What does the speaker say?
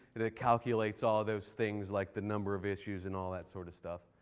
it calculates all those things like the number of issues and all that sort of stuff.